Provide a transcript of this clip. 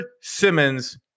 Simmons